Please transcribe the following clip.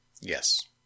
Yes